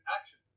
action